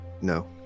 No